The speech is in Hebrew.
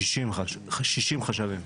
חשבים.